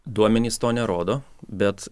duomenys to nerodo bet